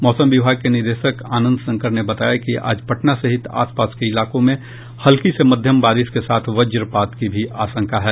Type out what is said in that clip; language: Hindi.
मौसम विभाग के निदेशक आनंद शंकर ने बताया कि आज पटना सहित आसपास के इलाकों में हल्की से मध्यम बारिश के साथ वजपात की भी आशंका है